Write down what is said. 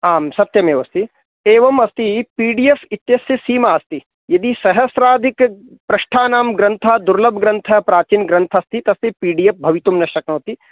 आं सत्यमेव अस्ति एवम् अस्ति पीडीएफ् इत्यस्य सीमा अस्ति यदि सहस्राधिकपृष्ठानां ग्रन्थ दुर्लभग्रन्थ प्राचीनग्रन्थ अस्ति तस्य पीडीएफ् भवितुं न शक्नोति